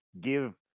give